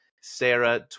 Sarah